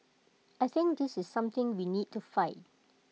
I think this is something we need to fight